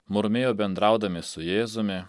murmėjo bendraudami su jėzumi